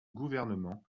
gouvernement